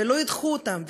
ולא ידחו אותם,